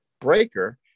Breaker